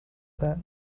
that